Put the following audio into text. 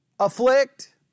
afflict